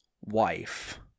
wife